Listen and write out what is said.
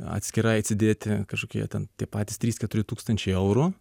atskirai atsidėti kažkokie ten tie patys trys keturi tūkstančiai eurų